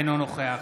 אינו נוכח